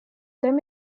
them